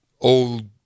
old